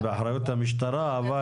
זה באחריות המשטרה.